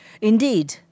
Indeed